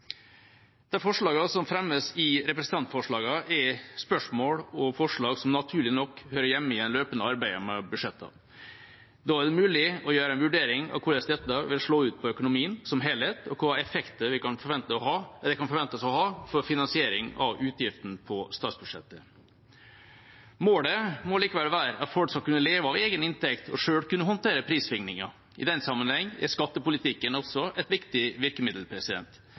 som fremmes i representantforslagene, er spørsmål og forslag som naturlig nok hører hjemme i det løpende arbeidet med budsjettene. Da er det mulig å gjøre en vurdering av hvordan dette vil slå ut på økonomien som helhet, og hvilke effekter det kan forventes å ha for finansiering av utgiftene på statsbudsjettet. Målet må likevel være at folk skal kunne leve av egen inntekt og selv kunne håndtere prissvingninger. I den sammenheng er skattepolitikken også et viktig virkemiddel.